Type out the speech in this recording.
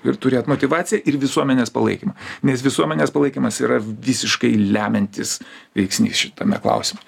ir turėt motyvaciją ir visuomenės palaikymą nes visuomenės palaikymas yra visiškai lemiantis veiksnys šitame klausime